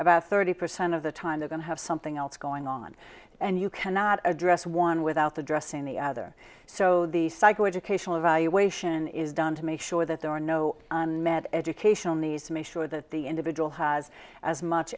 about thirty percent of the time they're going to have something else going on and you cannot address one without the dressing the other so the psychoeducational evaluation is done to make sure that there are no unmet educational needs to make sure that the individual has as much